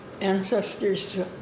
ancestors